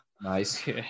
Nice